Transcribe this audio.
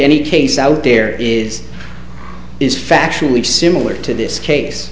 any case out there is is factually similar to this case